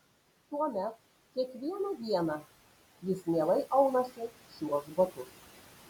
tuomet kiekvieną dieną jis mielai aunasi šiuos batus